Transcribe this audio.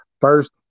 first